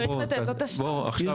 צריך לתת לו תשלום.